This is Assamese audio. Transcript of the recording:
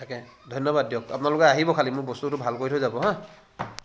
তাকে ধন্যবাদ দিয়ক আপোনালোক আহিব খালী মোৰ বস্তুটো ভাল কৰি থৈ যাব হা